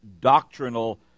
doctrinal